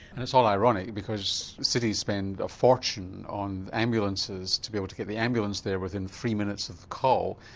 and it's all ironic because cities spend a fortune on ambulances to be able to get the ambulance there within three minutes of the call,